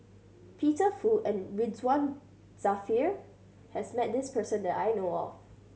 Peter Fu and Ridzwan Dzafir has met this person that I know of